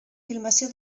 filmació